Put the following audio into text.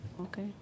Okay